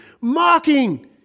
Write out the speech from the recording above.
mocking